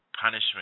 punishment